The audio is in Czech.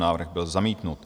Návrh byl zamítnut.